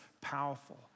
powerful